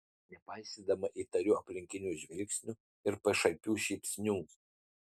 nepaisydama įtarių aplinkinių žvilgsnių ir pašaipių šypsnių